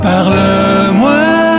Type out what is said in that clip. Parle-moi